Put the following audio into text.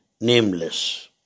nameless